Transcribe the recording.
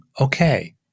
okay